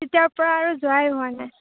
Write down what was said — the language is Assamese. তেতিয়াৰ পৰাই আৰু যোৱাই হোৱা নাই